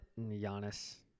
Giannis